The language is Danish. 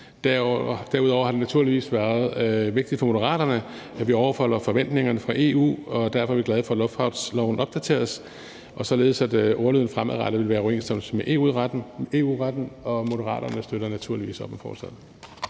Derudover har det naturligvis været vigtigt for Moderaterne, at vi overholder forventningerne fra EU, og derfor er vi glade for, at luftfartsloven opdateres, således at ordlyden fremadrettet vil være i overensstemmelse med EU-retten. Moderaterne støtter naturligvis op om forslaget.